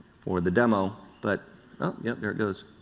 or the demo. but yeah there it goes.